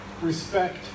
respect